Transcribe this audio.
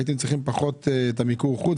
הייתם צריכים פחות את המיקור חוץ,